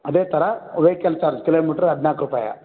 ಅದೇ ಥರ vehicle charge kilometre ಹದಿನಾಲ್ಕು ರೂಪಾಯಿ